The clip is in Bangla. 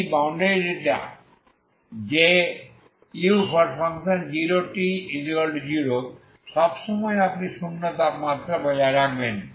এই বাউন্ডারি ডেটা যে u 0 t 0 সব সময় আপনি শূন্য তাপমাত্রা বজায় রাখবেন